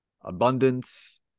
abundance